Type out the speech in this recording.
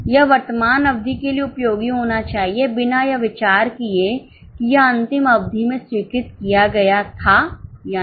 यह वर्तमान अवधि के लिए उपयोगी होना चाहिए बिना यह विचार किए कि यह अंतिम अवधि में स्वीकृत किया गया था या नहीं